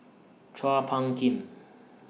Chua Phung Kim